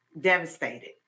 devastated